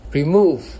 remove